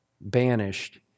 banished